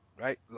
right